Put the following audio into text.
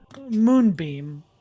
Moonbeam